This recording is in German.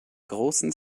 großen